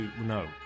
no